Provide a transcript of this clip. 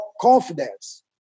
confidence